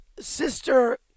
Sister